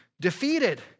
defeated